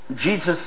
Jesus